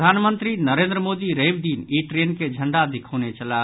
प्रधानमंत्री नरेन्द्र मोदी रवि दिन ई ट्रेन के झंडा देखौने छलाह